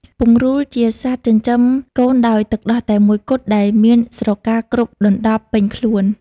ពង្រូលជាសត្វចិញ្ចឹមកូនដោយទឹកដោះតែមួយគត់ដែលមានស្រកាគ្របដណ្ដប់ពេញខ្លួន។